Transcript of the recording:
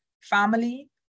family